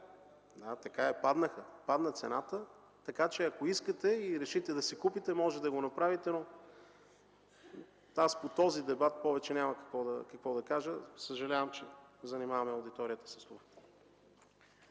Да, така е. Падна цената на яйцата. Ако искате и решите да си купите, можете да го направите. По тази тема повече няма какво да кажа. Съжалявам, че занимаваме аудиторията с това.